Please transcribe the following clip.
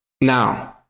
Now